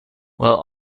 while